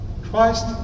Christ